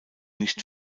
nicht